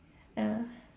ya